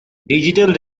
digital